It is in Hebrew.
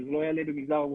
שזה לא יעלה במגזר הרוסי.